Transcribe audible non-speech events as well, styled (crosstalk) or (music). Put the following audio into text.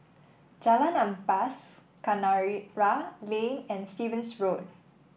Jalan Ampas Kinara (unintelligible) Lane and Stevens Road